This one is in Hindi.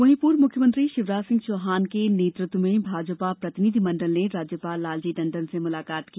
वहीं पूर्व मुख्यमंत्री शिवराज सिंह चौहान के नेतृत्व में भाजपा प्रतिनिधिमंडल ने राज्यपाल लालजी टंडन से मुलाकात की